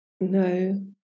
No